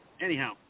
Anyhow